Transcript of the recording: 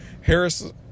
harris